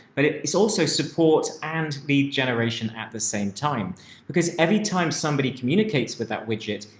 but it's also support and lead generation at the same time because every time somebody communicates with that widget,